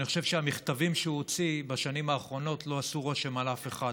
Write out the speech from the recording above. אני חושב שהמכתבים שהוא הוציא בשנים האחרונות לא עשו רושם על אף אחד.